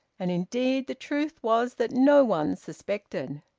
and indeed the truth was that no one suspected.